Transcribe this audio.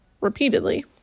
Repeatedly